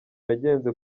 yagenze